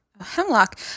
Hemlock